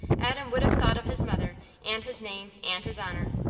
adam would have thought of his mother and his name and his honour.